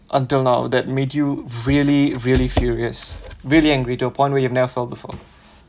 until now that made you really really furious really angry to a point where you've never felt before